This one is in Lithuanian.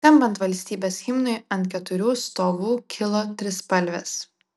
skambant valstybės himnui ant keturių stovų kilo trispalvės